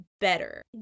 better